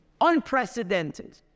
unprecedented